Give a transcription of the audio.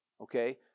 okay